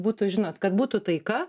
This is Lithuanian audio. būtų žinot kad būtų taika